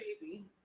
baby